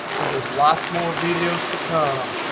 because there's lots more videos to come.